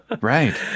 right